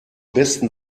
besten